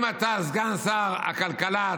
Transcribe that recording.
כסגן שר הכלכלה,